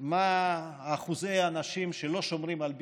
מה אחוז האנשים שלא שומרים על בידוד,